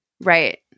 Right